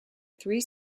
three